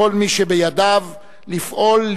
לכל מי שבידיו לפעול,